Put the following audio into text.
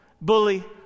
bully